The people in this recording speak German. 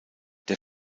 der